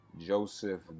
joseph